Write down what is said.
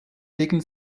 wegen